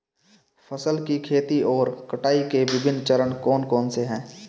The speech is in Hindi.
फसल की खेती और कटाई के विभिन्न चरण कौन कौनसे हैं?